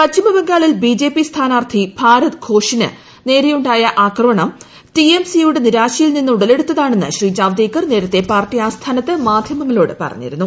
പശ്ചിമബംഗാളിൽ B J P സ്ഥാനാർത്ഥി ഭാരതി വോഷിന് നേരെയുണ്ടായ ആക്രമണം ടിഎംസി യുടെ നിരാശയിൽ നിന്ന് ഉടലെടുത്തതാണെന്ന് ശ്രീ ജാവ്ദേക്കർ നേരത്തെ പാർട്ടി ആസ്ഥാനത്ത് മാദ്ധ്യമങ്ങളോട് പറഞ്ഞിരുന്നു